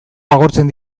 agortzen